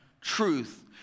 truth